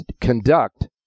conduct